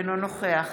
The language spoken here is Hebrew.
אינו נוכח